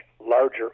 larger